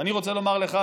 ואני רוצה לומר לך,